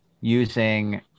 using